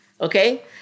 Okay